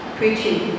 preaching